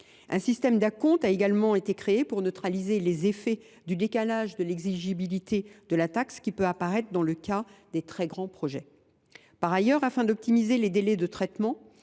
Un système d’acompte a également été créé pour neutraliser les effets du décalage de l’exigibilité de la taxe qui peut apparaître dans le cas des très grands projets. Par ailleurs, afin d’optimiser les délais de traitement,